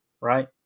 right